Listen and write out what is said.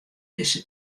dizze